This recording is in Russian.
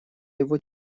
его